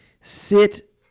sit